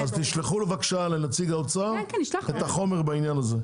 אז תשלחו בבקשה לנציג האוצר את החומר בעניין הזה.